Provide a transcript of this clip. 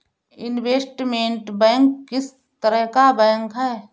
Investment bank किस तरह का बैंक है?